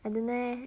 I don't know leh